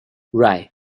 right